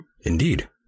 Indeed